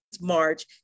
March